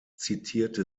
zitierte